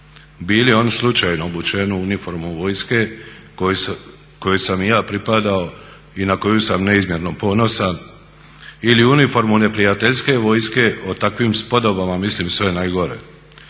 bili oni slučajno obučeni u uniformu vojske kojoj sam i ja pripadao i na koju sam neizmjerno ponosan ili uniformu neprijateljske vojske o takvim spodobama mislim sve najgore.